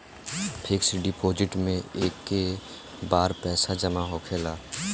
fix deposit मे एके बार पैसा जामा होखेला